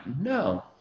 no